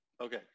Okay